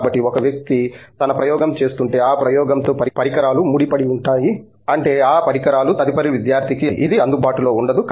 కాబట్టి ఒక వ్యక్తి తన ప్రయోగం చేస్తుంటే ఆ ప్రయోగం తో పరికరాలు ముడిపడివుంటాయి అంటే ఆ పరికరాలు తదుపరి విద్యార్థికి ఇది అందుబాటులో ఉండదు